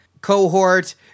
cohort